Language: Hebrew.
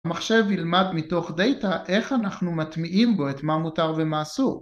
המחשב ילמד מתוך דאטה איך אנחנו מטמיעים בו את מה מותר ומה אסור